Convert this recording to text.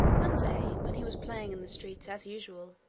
one day, when he was playing in the streets as usual,